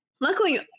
luckily